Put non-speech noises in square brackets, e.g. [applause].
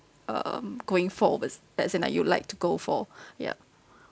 um going for a rest as in like you'd like to go for [breath] yup